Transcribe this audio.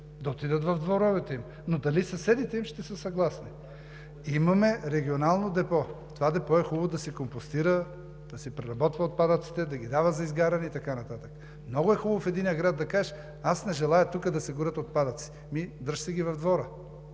Да отидат в дворовете им, но дали съседите им ще са съгласни? Имаме регионално депо. Това депо е хубаво да си компостира, да си преработва отпадъците, да ги дава за изгаряне и така нататък. Много е хубаво в единия град да кажеш: „Аз не желая тук да се горят отпадъците!“ Ами дръж си ги в двора!